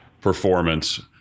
performance